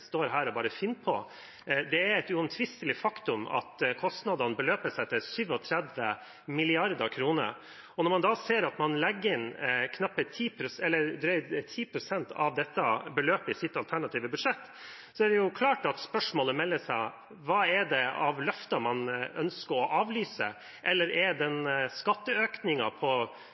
står her og bare finner på. Det er et uomtvistelig faktum at kostnadene beløper seg til 37 mrd. kr. Og når man da ser at man legger inn drøyt 10 pst. av dette beløpet i sitt alternativer budsjett, er det klart at spørsmålet melder seg: Hva er det av løfter man ønsker å avlyse, eller er den skatteøkningen på